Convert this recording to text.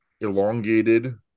elongated